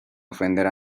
ofender